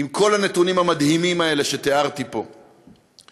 עם כל הנתונים המדהימים האלה שתיארתי פה,